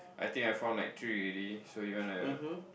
I think I found like three already so you wanna